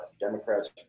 Democrats